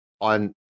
on